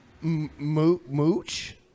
Mooch